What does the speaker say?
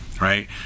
right